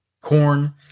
corn